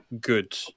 Good